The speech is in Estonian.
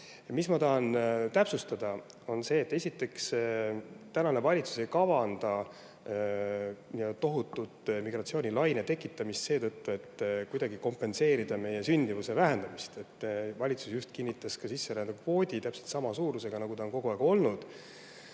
aga ma tahan täpsustada, et, esiteks, tänane valitsus ei kavanda nii-öelda tohutu migratsioonilaine tekitamist selleks, et kuidagi kompenseerida meie sündimuse vähenemist. Valitsusjuht kinnitas sisserändekvoodi täpselt samas suuruses, nagu see on kogu aeg olnud.